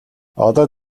одоо